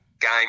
game